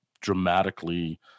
dramatically